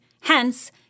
Hence